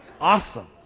awesome